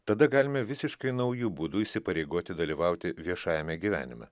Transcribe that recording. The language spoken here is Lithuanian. tada galime visiškai nauju būdu įsipareigoti dalyvauti viešajame gyvenime